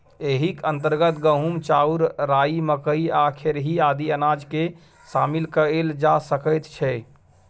एहिक अंतर्गत गहूम, चाउर, राई, मकई आ खेरही आदि अनाजकेँ शामिल कएल जा सकैत छै